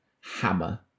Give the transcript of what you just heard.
hammer